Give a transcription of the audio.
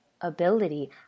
ability